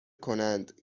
کنند